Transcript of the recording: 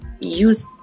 use